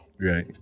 Right